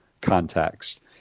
context